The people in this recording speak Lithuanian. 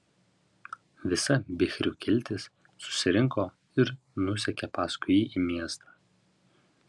visa bichrių kiltis susirinko ir nusekė paskui jį į miestą